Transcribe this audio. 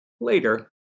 Later